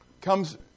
comes